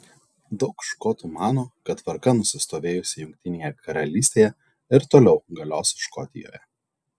daug škotų mano kad tvarka nusistovėjusi jungtinėje karalystėje ir toliau galios škotijoje